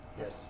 Yes